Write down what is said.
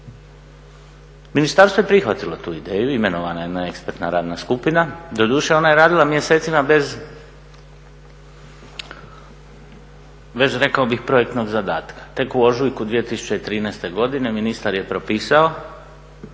Ministarstvo je prihvatilo tu ideju, imenovana je jedna ekspertna radna skupina. Doduše, ona je radila mjesecima bez rekao bih projektnog zadatka. Tek u ožujku 2013. godine ministar je propisao